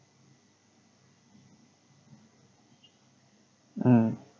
mm